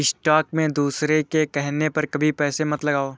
stock में दूसरों के कहने पर कभी पैसे मत लगाओ